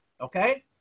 Okay